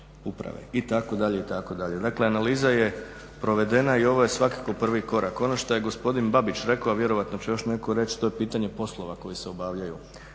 uprave. Itd., itd. Dakle, analiza je provedena i ovo je svakako prvi korak. Ono što je gospodin Babić rekao, a vjerojatno će još netko reći, to je pitanje poslova koji se obavljaju.